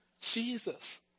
Jesus